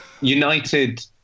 United